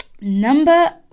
Number